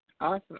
Awesome